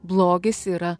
blogis yra